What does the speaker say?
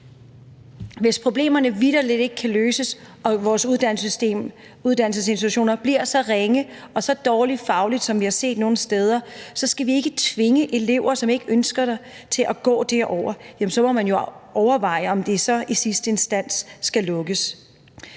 Hvis problemerne vitterlig ikke kan løses og vores uddannelsesinstitutioner bliver så ringe og så fagligt dårlige, som vi har set det nogle steder, så skal vi ikke tvinge elever, som ikke ønsker det, til at gå der. Og så må man jo overveje, om en institution i sidste instans skal lukkes.